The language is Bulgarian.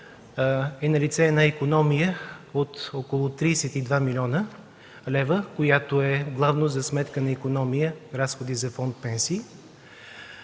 е налице икономия от около 32 млн. лв., която е главно за сметка на икономия разходи за фонд „Пенсии”.